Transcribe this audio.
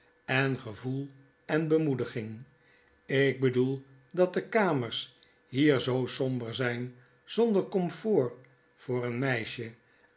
en gevoel en bemoediging jk bedoel dat de kamers hier zoo somber zyn zonder comfort voor een meisje